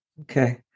Okay